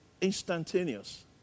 instantaneous